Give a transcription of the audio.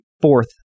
fourth